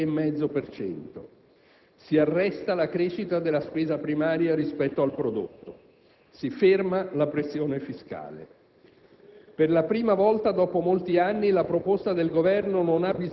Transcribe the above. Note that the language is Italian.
il debito pubblico scende dal 105 al 103,5 per cento. Si arresta la crescita della spesa primaria rispetto al prodotto; si ferma la pressione fiscale.